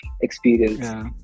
experience